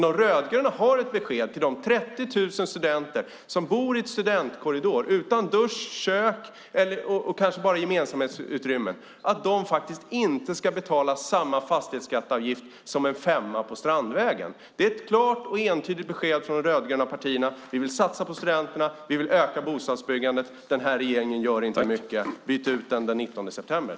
De rödgröna har ett besked till de 30 000 studenter som bor i studentkorridor utan dusch, kök och med kanske bara gemensamhetsutrymmen. De ska inte betala samma fastighetsavgift som för en femma på Strandvägen. Det är ett klart och entydigt besked från de rödgröna partierna. Vi vill satsa på studenterna, och vi vill öka bostadsbyggandet. Den här regeringen gör inte mycket. Byt ut regeringen den 19 september.